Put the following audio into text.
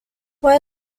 why